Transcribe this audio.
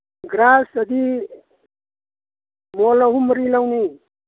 ꯒ꯭ꯔꯥꯁꯇꯗꯤ ꯃꯣꯜ ꯑꯍꯨꯝ ꯃꯔꯤ ꯂꯧꯅꯤ